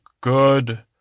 good